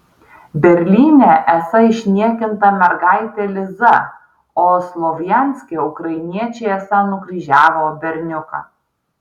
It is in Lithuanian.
berlyne esą išniekinta mergaitė liza o slovjanske ukrainiečiai esą nukryžiavo berniuką